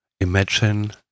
imagine